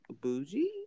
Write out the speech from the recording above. bougie